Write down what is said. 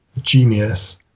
genius